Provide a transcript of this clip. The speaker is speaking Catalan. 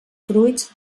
fruits